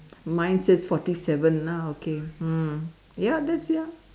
mine says forty seven lah okay mm ya that's ya